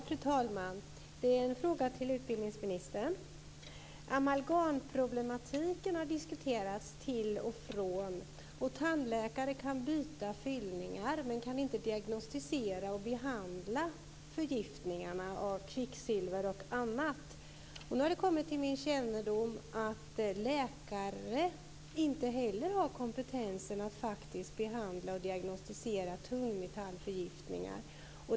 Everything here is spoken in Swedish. Fru talman! Jag har en fråga till utbildningsministern. Amalgamproblematiken har diskuterats till och från. Tandläkare kan byta fyllningar, men de kan inte diagnostisera och behandla förgiftningar av kvicksilver och annat. Nu har det kommit till min kännedom att inte heller läkare har kompetensen att behandla och diagnostisera tungmetallförgiftningar.